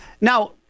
now